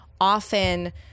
often